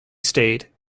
state